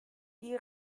die